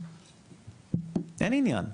אין עניין.